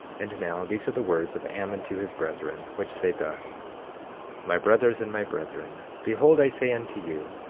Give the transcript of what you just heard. and now, these are the words of ammon to his brethren, which say thus my brothers and my brethren, behold i say unto you,